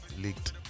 leaked